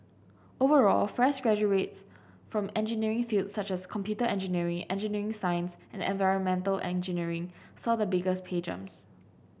overall fresh graduates from engineering fields such as computer engineering engineering science and environmental engineering saw the biggest pay jumps